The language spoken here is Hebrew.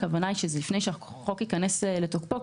הכוונה היא שזה יקרה לפני שהחוק ייכנס לתוקפו,